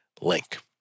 link